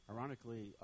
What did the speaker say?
Ironically